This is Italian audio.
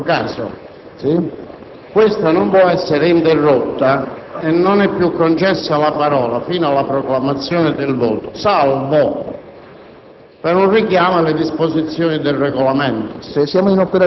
«Cominciata la votazione,» – eil nostro caso – «questa non puo essere interrotta e non epiu concessa la parola fino alla proclamazione del voto, salvo